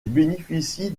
bénéficie